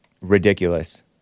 Ridiculous